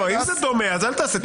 אם זה דומה אז אל תעשה.